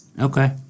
Okay